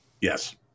Yes